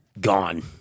gone